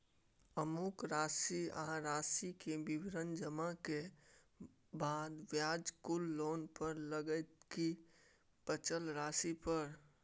अमुक राशि आ राशि के विवरण जमा करै के बाद ब्याज कुल लोन पर लगतै की बचल राशि पर?